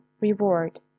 reward